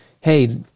Hey